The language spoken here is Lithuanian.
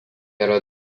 yra